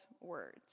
words